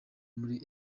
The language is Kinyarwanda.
muri